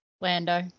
Lando